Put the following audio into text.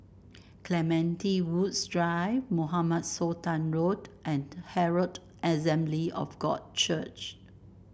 Clementi Woods Drive Mohamed Sultan Road and Herald Assembly of God Church